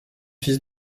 fils